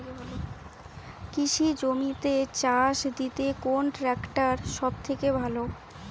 কৃষি জমিতে চাষ দিতে কোন ট্রাক্টর সবথেকে ভালো?